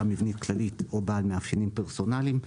מבנית כללית או בעל מאפיינים פרסונליים.